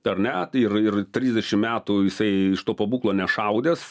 tai ar ne tai ir ir trisdešimt metų jisai iš to pabūklo nešaudęs